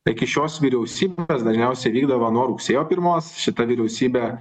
iki šios vyriausybės dažniausiai vykdavo nuo rugsėjo pirmos šita vyriausybė